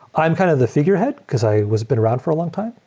i'm kind of the figurehead, because i has been around for a long time,